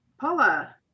Paula